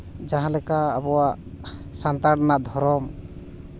ᱡᱟᱦᱟᱸ ᱞᱮᱠᱟ ᱟᱵᱚᱣᱟᱜ ᱥᱟᱶᱛᱟ ᱨᱮᱱᱟᱜ ᱫᱷᱚᱨᱚᱢ